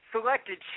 selected